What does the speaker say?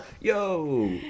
Yo